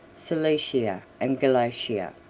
cilicia, and galatia.